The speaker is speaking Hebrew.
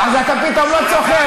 אז אתה פתאום לא צוחק,